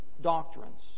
doctrines